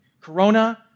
Corona